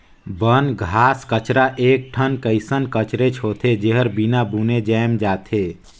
बन, घास कचरा एक ठन कइसन कचरेच होथे, जेहर बिना बुने जायम जाथे